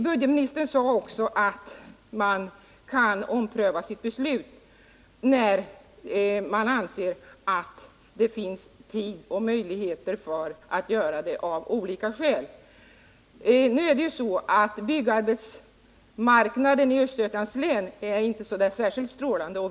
Budgetministern sade också att regeringen kan ompröva sitt beslut när den av olika skäl anser att det finns möjligheter att göra det. Nu är det så att byggarbetsmarknaden i Östergötlands län inte är särskilt strålande.